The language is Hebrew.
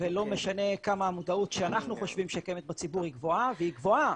ולא משנה כמה המודעות שאנחנו חושבת שקיימת בציבור היא גבוה והיא גבוהה,